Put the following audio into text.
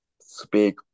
speak